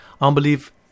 unbelief